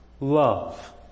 love